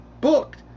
booked